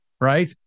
right